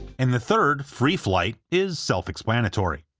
and the third, free flight, is self-explanatory.